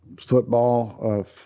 football